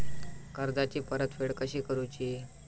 कर्जाची परतफेड कशी करूची?